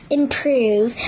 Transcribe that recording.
improve